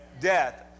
Death